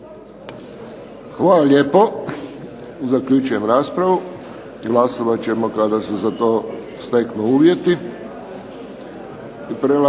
Hvala lijepo. Zaključujem raspravu. Glasovat ćemo kada se za to steknu uvjeti.